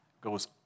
goes